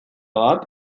bat